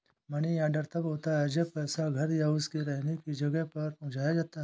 money order तब होता है जब पैसा घर या उसके रहने की जगह पर पहुंचाया जाता है